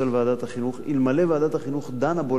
לוועדת החינוך אלמלא ועדת החינוך דנה בו,